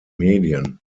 medien